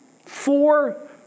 Four